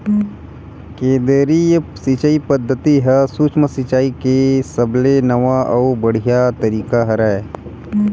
केदरीय सिचई पद्यति ह सुक्ष्म सिचाई के सबले नवा अउ बड़िहा तरीका हरय